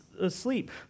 asleep